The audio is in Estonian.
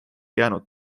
jäänud